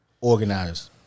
organized